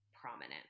prominent